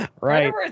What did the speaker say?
right